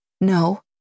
No